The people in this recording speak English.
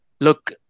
look